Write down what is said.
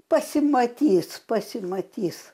pasimatys pasimatys